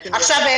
עכשיו,